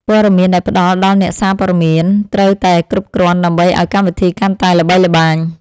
ព័ត៌មានដែលផ្ដល់ដល់អ្នកសារព័ត៌មានត្រូវតែគ្រប់គ្រាន់ដើម្បីឱ្យកម្មវិធីកាន់តែល្បីល្បាញ។